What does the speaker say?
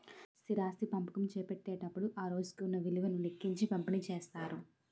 స్థిరాస్తి పంపకం చేపట్టేటప్పుడు ఆ రోజుకు ఉన్న విలువను లెక్కించి పంపిణీ చేస్తారు